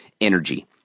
energy